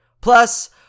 Plus